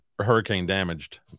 hurricane-damaged